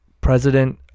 president